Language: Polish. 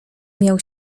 miał